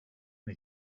and